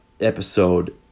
episode